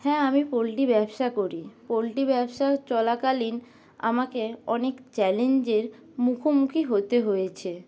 হ্যাঁ আমি পোলট্রি ব্যবসা করি পোলট্রি ব্যবসা চলাকালীন আমাকে অনেক চ্যালেঞ্জের মুখোমুখি হতে হয়েছে